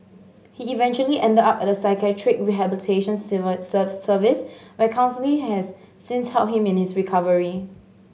he eventually ended up at a psychiatric rehabilitation service where counselling has since helped him in his recovery